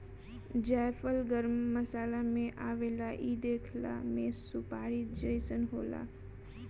जायफल गरम मसाला में आवेला इ देखला में सुपारी जइसन होला